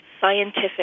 scientific